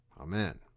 amen